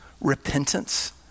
repentance